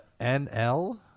NL